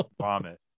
vomit